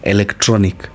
Electronic